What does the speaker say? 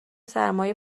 سرمای